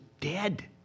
dead